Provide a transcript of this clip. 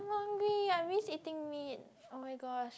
hungry I miss eating meat oh my gosh